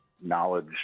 knowledge